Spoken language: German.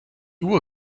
uhr